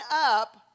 up